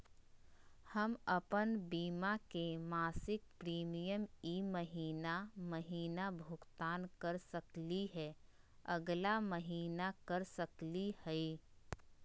हम अप्पन बीमा के मासिक प्रीमियम ई महीना महिना भुगतान कर सकली हे, अगला महीना कर सकली हई?